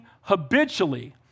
habitually